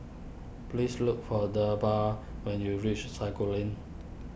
please look for Debra when you reach Sago Lane